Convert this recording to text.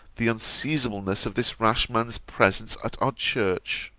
the unseasonableness of this rash man's presence at our church.